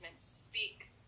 speak